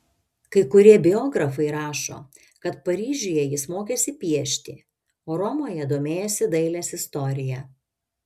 kai kurie biografai rašo kad paryžiuje jis mokėsi piešti o romoje domėjosi dailės istorija